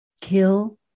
kill